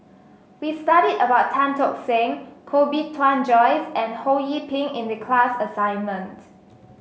we studied about Tan Tock Seng Koh Bee Tuan Joyce and Ho Yee Ping in the class assignment